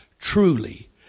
truly